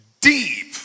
deep